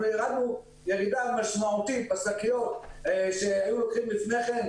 אנחנו ירדנו ירידה משמעותית בשקיות שהיו לוקחים לפני כן.